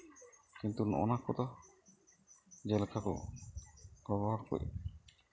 ᱠᱤᱱᱛᱩ ᱱᱚᱜᱼᱚᱱᱟ ᱠᱚᱫᱚ ᱡᱮᱞᱮᱠᱟ ᱠᱚ ᱜᱚᱜᱚ ᱦᱚᱲ ᱠᱚ